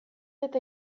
eta